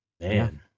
man